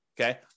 okay